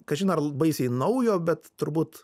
kažin ar baisiai naujo bet turbūt